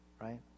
right